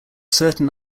certain